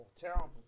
terrible